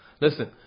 Listen